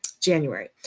january